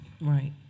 Right